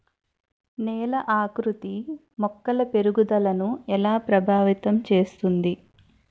నేల ఆకృతి మొక్కల పెరుగుదలను ఎలా ప్రభావితం చేస్తుంది?